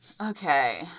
Okay